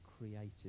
created